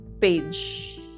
page